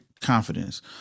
confidence